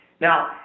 Now